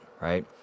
right